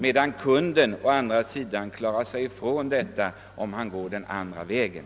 Däremot klarar sig kunden från denna skatt om han väljer den andra vägen och köper direkt av konstnären.